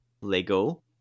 Lego